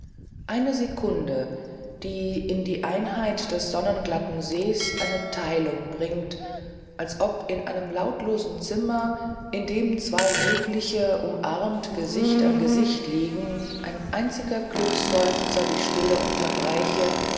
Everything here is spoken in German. eine sekunde die in die einheit des sonnenglatten sees eine teilung bringt als ob in einem lautlosen zimmer in dem zwei glückliche umarmt gesicht an gesicht liegen ein einziger glückseufzer die stille unterbräche